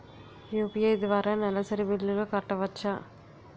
UPI ద్వారా నెలసరి బిల్లులు కట్టవచ్చా?